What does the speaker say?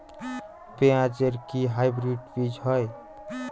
পেঁয়াজ এর কি হাইব্রিড বীজ হয়?